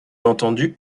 entendu